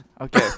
okay